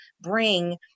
bring